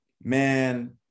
man